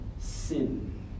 sin